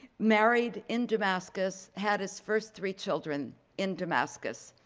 married in damascus, had his first three children in damascus.